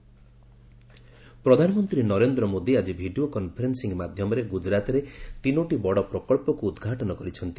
PM projects ପ୍ରଧାନମନ୍ତ୍ରୀ ନରେନ୍ଦ୍ର ମୋଦୀ ଆଜି video conferencing ମାଧ୍ୟମରେ ଗୁଜୁରାତରେ ତିନୋଟି ବଡ଼ ପ୍ରକଚ୍ଚକୁ ଉଦ୍ଘାଟନ କରିଛନ୍ତି